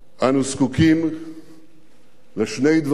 אנו זקוקים לשני דברים: